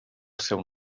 seu